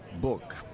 book